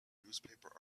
newspaper